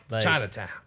Chinatown